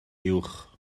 uwch